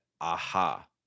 aha